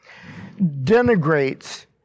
denigrates